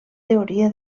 teoria